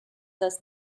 das